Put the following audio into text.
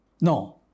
No